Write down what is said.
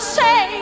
say